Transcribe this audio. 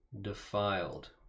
defiled